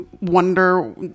wonder